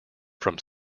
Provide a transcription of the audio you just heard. from